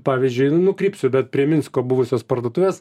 pavyzdžiui nukrypsiu bet prie minsko buvusios parduotuvės